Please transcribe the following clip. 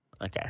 Okay